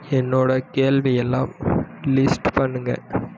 என்னோட கேள்வியெல்லாம் லிஸ்ட்டு பண்ணுங்கள்